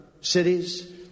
cities